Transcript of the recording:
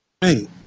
Hey